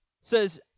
says